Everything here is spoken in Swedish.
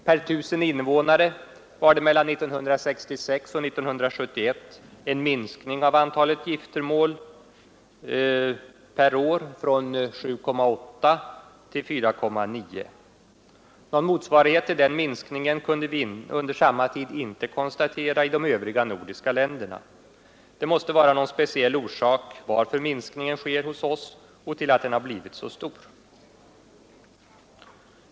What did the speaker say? Per tusen invånare var det mellan 1966 och 1971 en minskning av antalet giftermål varje år från 7,8 till 4,9. Någon motsvarighet till den minskningen kunde vi under samma tid inte konstatera i de övriga nordiska länderna. Det måste finnas någon speciell orsak till att minskningen sker hos oss och till att den har blivit så stor.